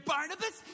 Barnabas